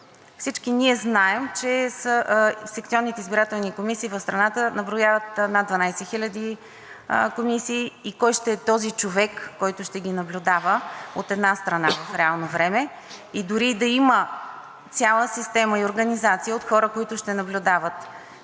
Всички ние знаем, че секционните избирателни комисии в страната наброяват над 12 000 комисии и кой ще е този човек, който ще ги наблюдава, от една страна, в реално време. Дори и да има цяла система и организация от хора, които ще наблюдават